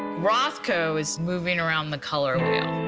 rothko is moving around the color wheel.